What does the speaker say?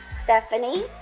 Stephanie